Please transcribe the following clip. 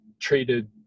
treated